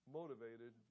motivated